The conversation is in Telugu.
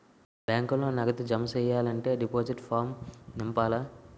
బ్యాంకులో నగదు జమ సెయ్యాలంటే డిపాజిట్ ఫారం నింపాల